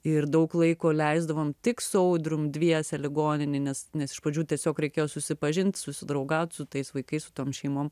ir daug laiko leisdavom tik su audrium dviese ligoninėj nes nes iš pradžių tiesiog reikėjo susipažint susidraugaut su tais vaikais su tom šeimom